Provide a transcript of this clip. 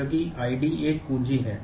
इसलिए यह सेट है